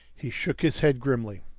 he shook his head grimly.